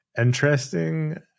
interesting